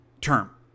term